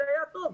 זה היה טוב.